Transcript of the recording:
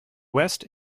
west